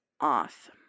Off